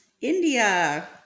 India